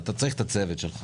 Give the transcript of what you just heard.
אתה צריך את הצוות שלך.